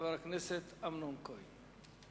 חבר הכנסת אמנון כהן.